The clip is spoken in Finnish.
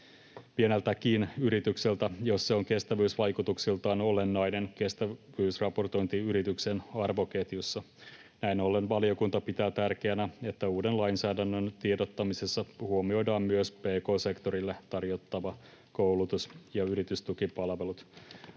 pieneltäkin yritykseltä, jos se on kestävyysvaikutuksiltaan olennainen kestävyysraportointiyrityksen arvoketjussa. Näin ollen valiokunta pitää tärkeänä, että uuden lainsäädännön tiedottamisessa huomioidaan myös pk-sektorille tarjottava koulutus ja yritystukipalvelut.